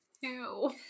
Ew